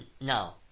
No